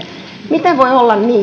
miten voi olla niin